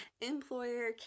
employer